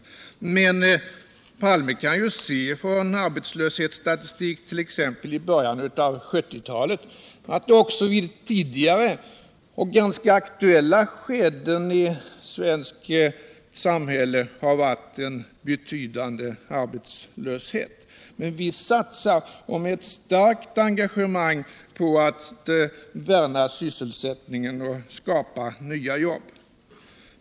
Olof Palme kan emellertid se av arbetslöshetsstatistik t.ex. från början av 1970-talet att det också vid tidigare och ganska aktuella tillfällen har funnits en betydande arbetslöshet. Vi satsar med starkt engagemang på att värna sysselsättningen och skapa nya jobb.